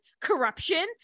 corruption